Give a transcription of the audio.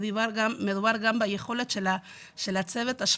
מדובר גם ביכולת של הצוות,